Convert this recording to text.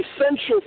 essential